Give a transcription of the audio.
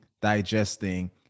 digesting